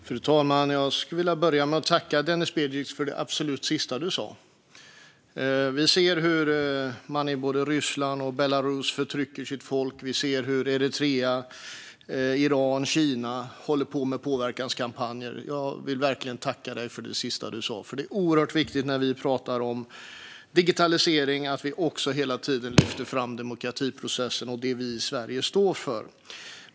Fru talman! Jag skulle vilja börja med att tacka Denis Begic för det absolut sista han sa. Vi ser hur man i både Ryssland och Belarus förtrycker sitt folk. Vi ser hur Eritrea, Iran och Kina håller på med påverkanskampanjer. Jag vill verkligen tacka dig för det sista du sa, för det är oerhört viktigt när vi pratar om digitalisering att vi hela tiden också lyfter fram demokratiprocessen och det som vi i Sverige står för.